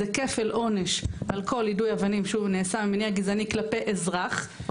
זה כפל עונש על כל יידוי אבנים שנעשה ממניע גזעני כלפי אזרח,